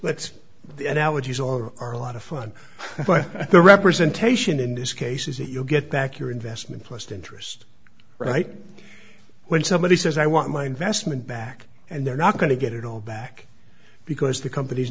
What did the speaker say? let's get allergies or are a lot of fun but the representation in this case is that you get back your investment plus interest right when somebody says i want my investment back and they're not going to get it all back because the company's